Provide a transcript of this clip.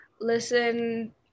listen